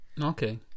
Okay